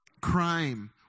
Crime